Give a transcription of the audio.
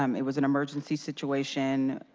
um it was an emergency situation,